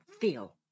feel